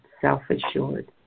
self-assured